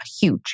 huge